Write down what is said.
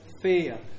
fear